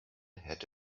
had